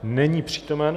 Není přítomen.